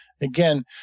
Again